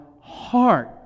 heart